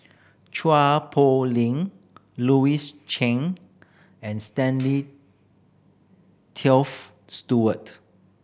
Chua Poh Leng Louis Chen and Stanley Toft Stewart